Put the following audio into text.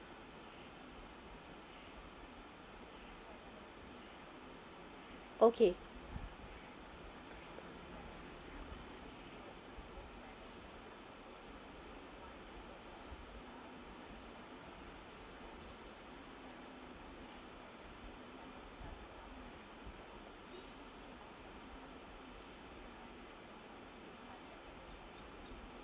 okay